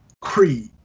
Creed